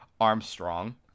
armstrong